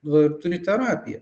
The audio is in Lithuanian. va ir turi terapiją